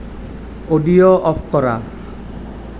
audio off কৰা